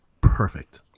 perfect